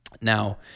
Now